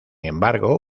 embargo